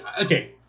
okay